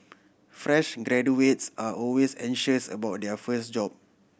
fresh graduates are always anxious about their first job